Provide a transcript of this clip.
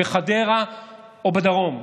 בחדרה או בדרום.